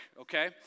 okay